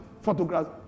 photographs